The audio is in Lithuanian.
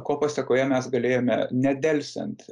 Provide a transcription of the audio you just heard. ko pasekoje mes galėjome nedelsiant